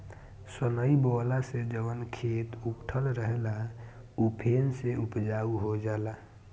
सनई बोअला से जवन खेत उकठल रहेला उ फेन से उपजाऊ हो जाला